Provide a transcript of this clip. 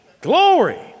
Glory